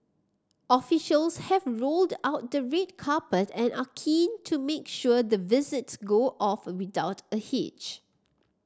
officials have rolled out the red carpet and are keen to make sure the visits go off without a hitch